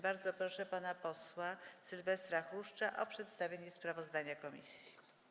Bardzo proszę pana posła Sylwestra Chruszcza o przedstawienie sprawozdania komisji.